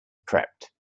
prepped